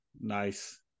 Nice